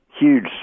huge